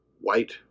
white